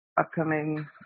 upcoming